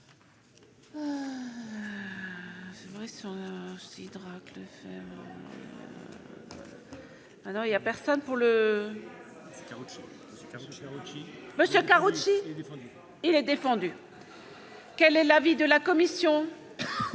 Quel est l'avis de la commission